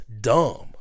dumb